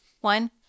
One